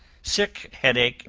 sick head-ache,